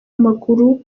w’amaguru